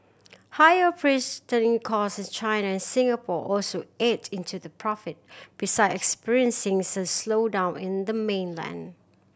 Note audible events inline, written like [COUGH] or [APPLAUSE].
higher [UNINTELLIGIBLE] cost in China and Singapore also ate into their profit besides experiencing [UNINTELLIGIBLE] a slowdown in the mainland